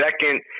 second